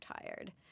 tired